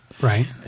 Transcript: Right